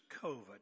COVID